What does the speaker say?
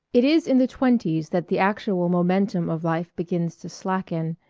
it is in the twenties that the actual momentum of life begins to slacken,